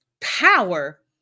power